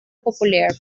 populär